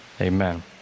amen